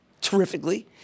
terrifically